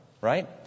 right